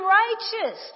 righteous